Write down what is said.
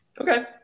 okay